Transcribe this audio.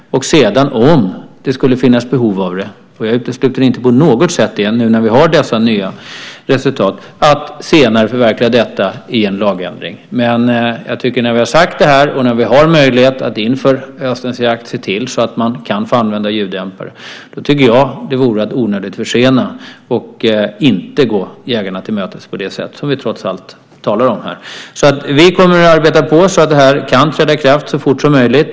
Om det sedan skulle finnas behov av det, och jag utesluter inte på något sätt det nu när vi har dessa nya resultat, kan vi senare förverkliga detta i en lagändring. När vi har sagt detta och när vi har möjlighet att inför höstens jakt se till så att man kan få använda ljuddämpare tycker jag att det vore onödigt att försena det och inte gå jägarna till mötes på det sätt som vi talar om här. Vi kommer att arbeta på så att detta kan träda i kraft så fort som möjligt.